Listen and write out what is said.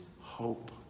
hope